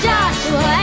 Joshua